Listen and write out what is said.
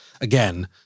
again